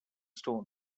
stones